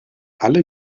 alle